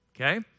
Okay